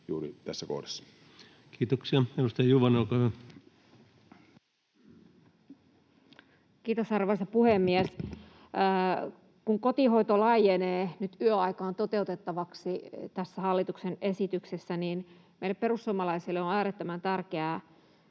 juuri tässä kohdassa. Kiitoksia. — Edustaja Juvonen, olkaa hyvä. Kiitos, arvoisa puhemies! Kun kotihoito laajenee nyt yöaikaan toteutettavaksi tässä hallituksen esityksessä, niin meille perussuomalaisille on äärettömän tärkeää